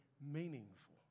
meaningful